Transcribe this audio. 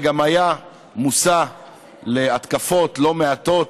וגם היה מושא להתקפות לא מעטות,